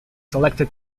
selected